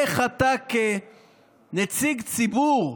איך אתה כנציג ציבור,